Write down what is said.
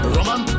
Roman